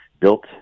built